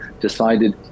decided